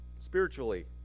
Spiritually